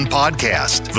podcast